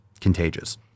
contagious